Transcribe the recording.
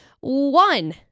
one